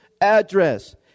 address